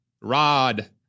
Rod